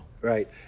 Right